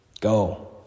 go